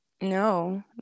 No